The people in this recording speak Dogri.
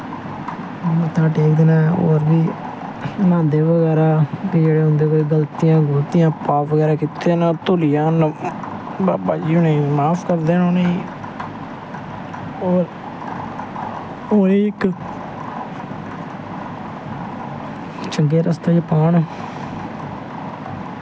मत्था टेकदे नै होर बी न्हांदे बगैरा जेह्ड़े कोई उंदे कोला गल्तियां गुलतियां पाप बगैरा कीते दे होन धुली जान बाबा जी होर माफ करदे न उनें होर उनें चंगे रस्ते च पान